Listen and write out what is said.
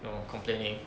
know complaining